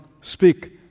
speak